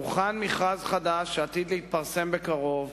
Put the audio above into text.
הוכן מכרז חדש, שעתיד להתפרסם בקרוב,